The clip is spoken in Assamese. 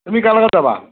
তুমি কাৰ লগত যাবা